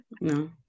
No